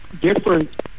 different